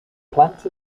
plant